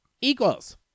equals